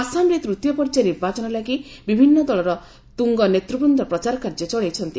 ଆସାମରେ ତୃତୀୟ ପର୍ଯ୍ୟାୟ ନିର୍ବାଚନ ଲାଗି ବିଭିନ୍ନ ଦଳର ତୃଙ୍ଗ ନେତୃବୃନ୍ଦ ପ୍ରଚାର କାର୍ଯ୍ୟ ଚଳାଇଛନ୍ତି